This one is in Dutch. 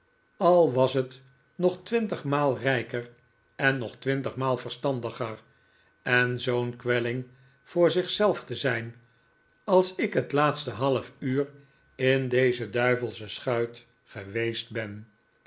al was t nog twintigmaal rijker en nog twintigmaal verstandiger en zoo'n kwelling voor zich zelf te zijn als ik het laatste half uur in deze duivelsche schuit geweest ben